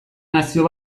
nazio